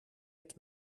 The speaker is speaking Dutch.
het